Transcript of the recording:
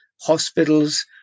hospitals